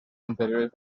anteriores